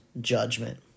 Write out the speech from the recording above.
judgment